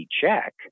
check